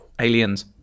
Aliens